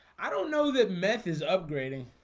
i don't know that meth is upgrading